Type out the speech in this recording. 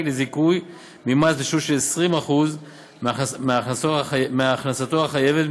לזיכוי ממס בשווי 20% מהכנסתו החייבת